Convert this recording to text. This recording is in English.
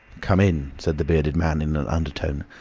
come in, said the bearded man in an undertone,